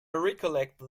recollect